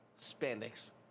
spandex